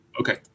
Okay